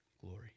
glory